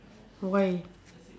why